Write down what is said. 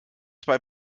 zwei